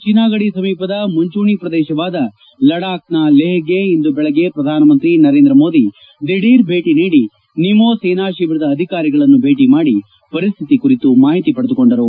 ಚೀನಾಗಡಿ ಸಮೀಪದ ಮುಂಚೂಣಿ ಶ್ರದೇಶವಾದ ಲದ್ದಾಖ್ನ ಲೇಪ್ಗೆ ಇಂದು ಬೆಳಗ್ಗೆ ಶ್ರಧಾನಮಂತ್ರಿ ನರೇಂದ್ರಮೋದಿ ದಿಢೀರ್ ಭೇಟಿನೀಡಿ ನಿಮೂ ಸೇನಾ ಶಿಬಿರದ ಅಧಿಕಾರಿಗಳನ್ನು ಭೇಟಿಮಾಡಿ ಪರಿಸ್ನಿತಿ ಕುರಿತು ಮಾಹಿತಿ ಪಡೆದುಕೊಂಡರು